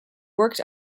worked